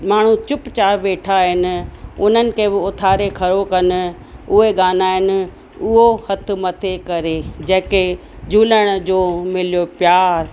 माण्हू चुप चाप वेठा आहिनि उन्हनि खे बि उथारे खड़ो कनि उहे गाना आहिनि उहो हथ मथे करे जंहिंखे झूलण जो मिलियो प्यार